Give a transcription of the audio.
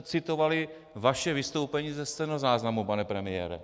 Citovali jsme vaše vystoupení ze stenozáznamu, pane premiére.